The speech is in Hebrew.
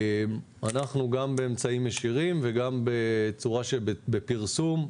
באמצעים ישירים וגם בצורה שבפרסום,